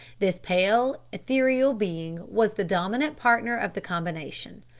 this pale, ethereal being was the dominant partner of the combination.